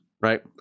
right